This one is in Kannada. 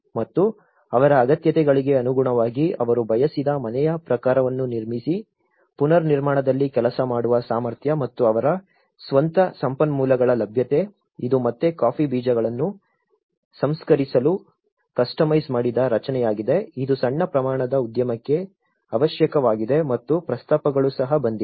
ಮತ್ತು ಅವರ ಅಗತ್ಯತೆಗಳಿಗೆ ಅನುಗುಣವಾಗಿ ಅವರು ಬಯಸಿದ ಮನೆಯ ಪ್ರಕಾರವನ್ನು ನಿರ್ಮಿಸಿ ಪುನರ್ನಿರ್ಮಾಣದಲ್ಲಿ ಕೆಲಸ ಮಾಡುವ ಸಾಮರ್ಥ್ಯ ಮತ್ತು ಅವರ ಸ್ವಂತ ಸಂಪನ್ಮೂಲಗಳ ಲಭ್ಯತೆ ಇದು ಮತ್ತೆ ಕಾಫಿ ಬೀಜಗಳನ್ನು ಸಂಸ್ಕರಿಸಲು ಕಸ್ಟಮೈಸ್ ಮಾಡಿದ ರಚನೆಯಾಗಿದೆ ಇದು ಸಣ್ಣ ಪ್ರಮಾಣದ ಉದ್ಯಮಕ್ಕೆ ಅವಶ್ಯಕವಾಗಿದೆ ಮತ್ತು ಪ್ರಸ್ತಾಪಗಳು ಸಹ ಬಂದಿವೆ